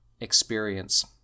experience